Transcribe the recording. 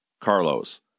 Carlos